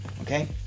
okay